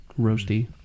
roasty